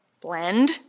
blend